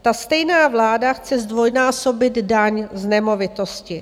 Ta stejná vláda chce zdvojnásobit daň z nemovitosti.